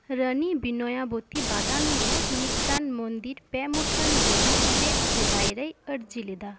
ᱨᱟᱹᱱᱤ ᱵᱤᱱᱚᱭᱟᱵᱚᱛᱤ ᱵᱟᱫᱟᱢᱤ ᱨᱮ ᱢᱤᱫᱴᱟᱝ ᱢᱚᱱᱫᱤᱨ ᱯᱮ ᱢᱩᱴᱷᱟᱹᱱ ᱞᱟᱹᱜᱤᱫ ᱫᱮᱵ ᱥᱮᱵᱟ ᱨᱮᱭ ᱟᱹᱨᱡᱤ ᱞᱮᱫᱟ